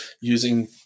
using